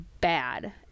bad